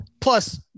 plus